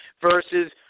versus